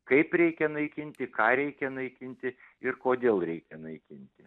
kaip reikia naikinti ką reikia naikinti ir kodėl reikia naikinti